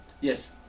Yes